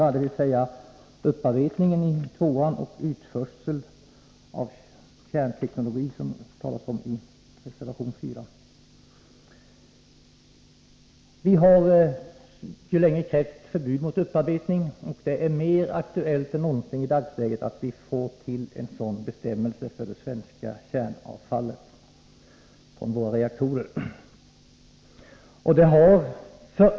Upparbetningen behandlas i reservation 2 och utförsel av kärnteknologi i reservation 4. Vi har länge krävt förbud mot upparbetning, och det är mer aktuellt än någonsin i dagsläget att vi får till stånd en sådan bestämmelse i fråga om kärnkraftsavfallet från våra svenska reaktorer.